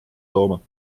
tooma